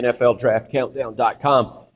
NFLDraftCountdown.com